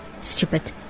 Stupid